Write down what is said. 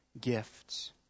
gifts